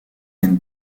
and